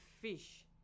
fish